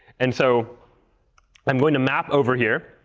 and so i'm going to map over here.